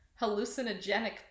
hallucinogenic